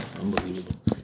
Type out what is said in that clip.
Unbelievable